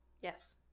yes